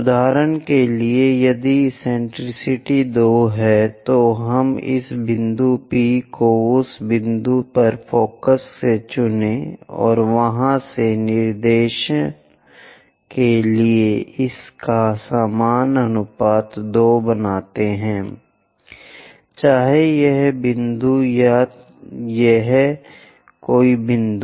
उदाहरण के लिए यदि एक्सेंट्रिसिटी 2 है तो हम इस बिंदु P को उस बिंदु पर फोकस से चुनें और वहां से निर्देशन के लिए इसका समान अनुपात 2 बनाता है चाहे यह बिंदु या यह या कोई बिंदु